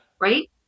right